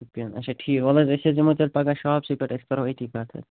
شُپین اَچھا ٹھیٖک وَلہٕ حظ أسۍ حظ یِمَو تیٚلہِ پگاہ شاپسٕے پٮ۪ٹھ أسۍ کَرَو أتی کَتھ حظ